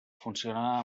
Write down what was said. funciona